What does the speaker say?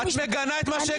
את מגנה את מה שהקראתי?